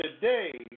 today